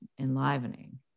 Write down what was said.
enlivening